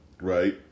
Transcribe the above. right